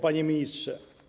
Panie Ministrze!